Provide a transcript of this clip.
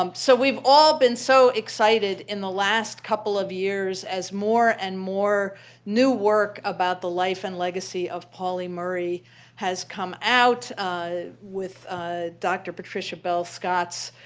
um so we've all been so excited in the last couple of years as more and more new work about the life and legacy of pauli murray has come out with dr. patricia bell-scott's